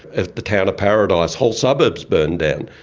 ah the town of paradise, whole suburbs burned down.